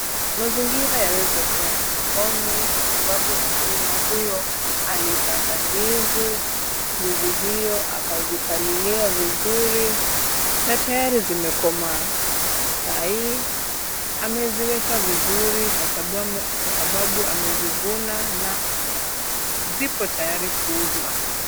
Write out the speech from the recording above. Mazingira yaweza kuwa ya sokoni kwa sababu mkulima huyo alipanda ndizi, ndizi hiyo akazipalilia vizuri na tayari zimekomaa. Sahii ameziweka vizuri kwa sababu amezivuna na zipo tayari kuuzwa.